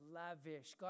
lavish